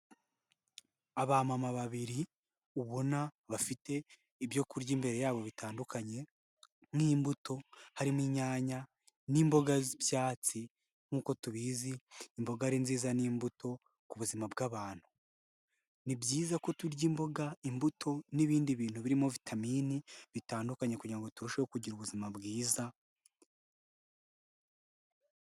Abamama babiri ubona bafite ibyokurya imbere yabo bitandukanye; nk'imbuto harimo inyanya n'imboga z'ibyatsi nk'uko tubizi imboga ari nziza n'imbuto ku buzima bw'abantu, ni byiza ko turya imboga, imbuto n'ibindi bintu birimo vitamini bitandukanye kugirango turusheho kugira ubuzima bwiza.